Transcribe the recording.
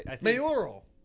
mayoral